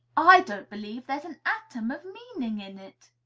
i don't believe there's an atom of meaning in it,